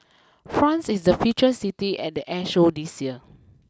France is the feature city at the air show this year